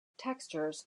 textures